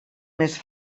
més